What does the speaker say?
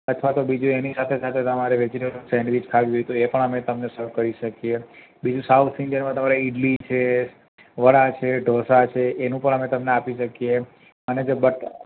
અથવા તો બીજું એની સાથે સાથે તમારે વેજીટેબલ સેન્ડવીચ ખાવી હોય તો એ પણ અમે તમને સર્વ કરી શકીએ બીજું સાઉથ ઇન્ડિયનમાં તમારે ઈડલી છે વડાં છે ઢોંસા છે એનું પણ અમે તમને આપી શકીએ અને જે બટ